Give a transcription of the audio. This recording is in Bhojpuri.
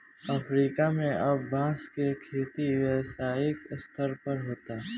अफ्रीका में अब बांस के खेती व्यावसायिक स्तर पर होता